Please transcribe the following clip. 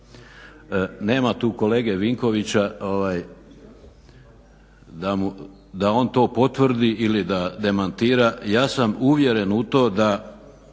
Nema tu kolege Vinkovića da on to potvrdi ili demantira. Ja sam uvjeren u to da